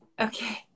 Okay